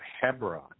Hebron